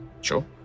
sure